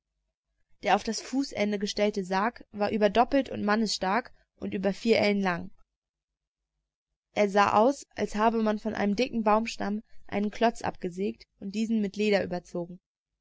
der auf das fußende gestellte sarg war über doppelt mannesstark und über vier ellen lang er sah aus als habe man von einem dicken baumstamm einen klotz abgesägt und diesen mit leder überzogen